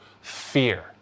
fear